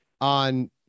on